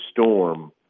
storm